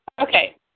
Okay